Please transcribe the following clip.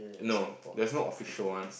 no there's no official ones